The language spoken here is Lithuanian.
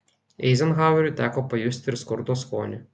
eizenhaueriui teko pajusti ir skurdo skonį